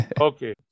Okay